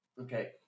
Okay